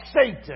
Satan